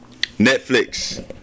Netflix